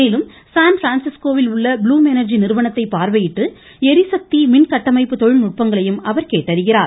மேலும் சான்பிரான்சிஸ்கோவில் உள்ள ப்ளு எனர்ஜி நிறுவனத்தை பார்வையிட்டு எரிசக்தி மின்கட்டமைப்பு தொழில்நுட்பங்களையும் அவர் கேட்டறிகிறார்